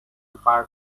part